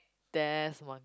there's one